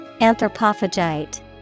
Anthropophagite